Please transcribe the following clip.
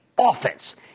offense